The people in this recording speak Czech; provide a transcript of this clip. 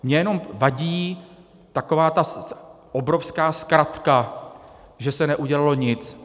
Mně jenom vadí taková ta obrovská zkratka, že se neudělalo nic.